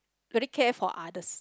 very care for others